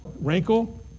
wrinkle